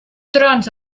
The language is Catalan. trons